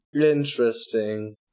Interesting